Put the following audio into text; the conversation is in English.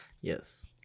Yes